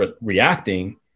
reacting